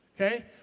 okay